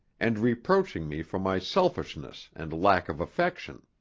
and reproaching me for my selfishness and lack of affection.